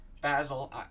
Basil